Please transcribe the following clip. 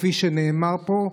כפי שנאמר פה,